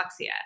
dyslexia